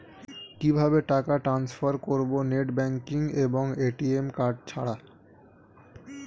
কিভাবে টাকা টান্সফার করব নেট ব্যাংকিং এবং এ.টি.এম কার্ড ছাড়া?